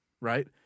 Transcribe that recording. right